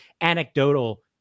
anecdotal